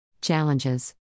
Challenges